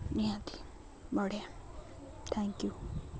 ନିହାତି ବଢ଼ିଆ thank you